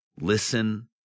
listen